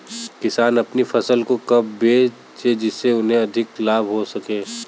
किसान अपनी फसल को कब बेचे जिसे उन्हें अधिक लाभ हो सके?